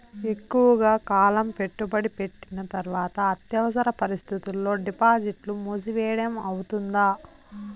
ఎక్కువగా కాలం పెట్టుబడి పెట్టిన తర్వాత అత్యవసర పరిస్థితుల్లో డిపాజిట్లు మూసివేయడం అవుతుందా?